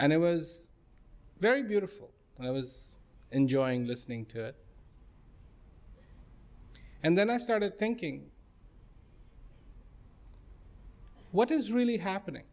and it was very beautiful and i was enjoying listening to it and then i started thinking what is really happening